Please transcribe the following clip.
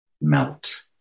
melt